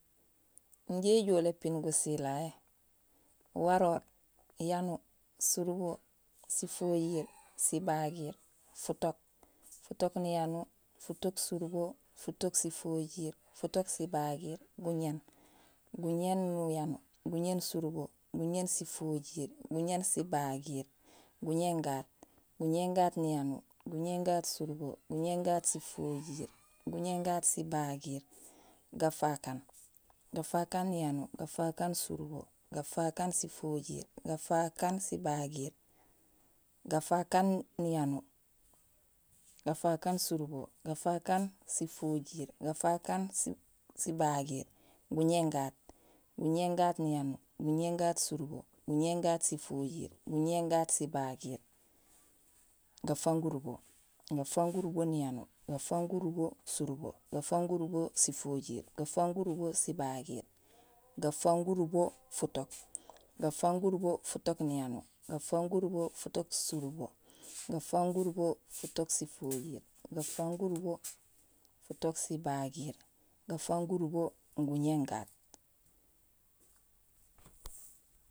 Injé éjool ipiin gusilay yé: waroor, yanuur, surubo, sifojiir, sibagiir, futook, futook niyanuur, futook surubo, futook sifojiir, futook sibagiir, guñéén, guñéén niyanuur, guñéén surubo, guñéén sifojiir, guñéén sibagiir, guñéén gaat, guñéén gaat niyanuur, guñéén gaat surubo, guñéén gaat sifojiir, guñéén gaat sibagiir, gafaak aan, gafaak aan niyanuur, gafaak aan surubo, gafaak aan sifojiir, gafaak aan sibagiir, gafaak aan futook, gafaak aan futook niyanuur, gafaak aan futook surubo, gafaak aan futook sifojiir, gafaak aan futook sibagiir, gafaak aan guñéén, gafaak aan guñéén niyanuur, gafaak aan guñéén surubo, gafaak aan guñéén sifojiir, gafaak aan guñéén sibagiir, gafaak aan guñéén gaat, gafaak aan guñéén gaat niyanuur, gafaak aan guñéén gaat surubo, gafaak aan guñéén gaat sifojiir, gafaak aan guñéén gaat sibagiir, gafang gurubo, gafang gurubo. niyanuur, gafang gurubo surubo, gafang gurubo sifojiir, gafang gurubo sibagiir, gafang gurubo futook, gafang gurubo futook niyanuur, gafang gurubo futook surubo, gafang gurubo futook sifojiir, gafang gurubo futook sibagiir; gafang gurubo guñéén gaat.